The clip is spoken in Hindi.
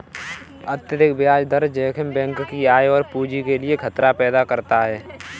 अत्यधिक ब्याज दर जोखिम बैंक की आय और पूंजी के लिए खतरा पैदा करता है